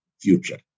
future